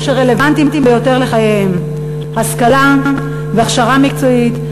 רלוונטיים ביותר לחייהם: השכלה והכשרה מקצועית,